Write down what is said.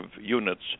units